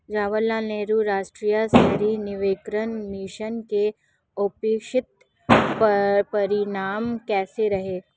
जवाहरलाल नेहरू राष्ट्रीय शहरी नवीकरण मिशन के अपेक्षित परिणाम कैसे रहे?